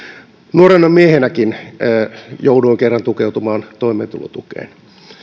nuorena miehenäkin jouduin kerran tukeutumaan toimeentulotukeen